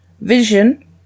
Vision